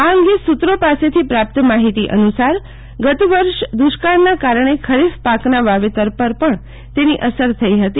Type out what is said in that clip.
આ અંગે સુત્રો પાસેથી પ્રાપ્ત માહિતી અનુસાર ગત વર્ષે દુષ્કાળના કારણે ખરીફ પાકના વાવેતર પર પણ તેની અસર થઈ હતી